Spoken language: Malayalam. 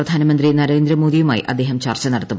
പ്രധാനമന്ത്രി നരേന്ദ്രമോദിയുമായി അദ്ദേഹം ചർച്ച നടത്തും